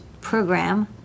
program